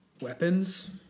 weapons